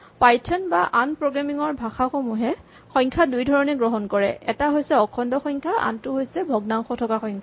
Python বা আন programming ৰ ভাষাসমূহে সংখ্যা দুটা ধৰণে গ্ৰহণ কৰে এটা হৈছে অখণ্ড সংখ্যা আনটো হৈছে ভগ্নাংশ থকা সংখ্যা